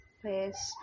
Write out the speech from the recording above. place